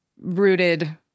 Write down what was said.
rooted